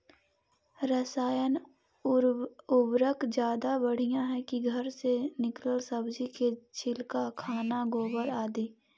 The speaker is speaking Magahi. रासायन उर्वरक ज्यादा बढ़िया हैं कि घर से निकलल सब्जी के छिलका, खाना, गोबर, आदि?